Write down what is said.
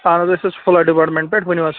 اہن حَظ أسۍ حَظ چھِ فلڈ ڈِپارٹمینٹ پٮ۪ٹھ ؤنِو حَظ